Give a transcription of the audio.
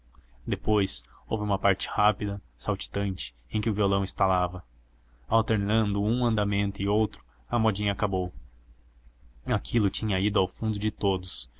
depois houve uma parte rápida saltitante em que o violão estalava alternando um andamento e outro a modinha acabou aquilo tinha ido ao fundo de todos